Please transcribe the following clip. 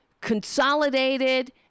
consolidated